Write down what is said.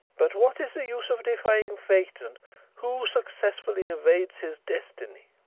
but what is the use of defying fate, and who successfully evades his destiny?